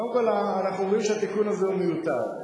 קודם כול אנחנו אומרים שהתיקון הזה הוא מיותר,